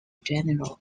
general